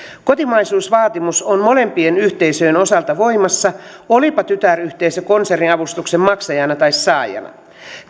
kotimaisuusvaatimus on molempien yhteisöjen osalta voimassa olipa tytäryhteisö konserniavustuksen maksajana tai saajana